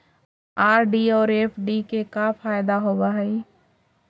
RD और FD के का फायदा होव हई?